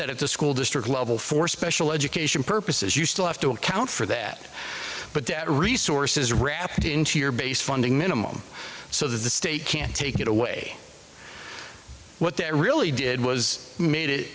that at the school district level for special education purposes you still have to account for that but that resources wrapped into your base funding minimum so that the state can't take it away what that really did was made it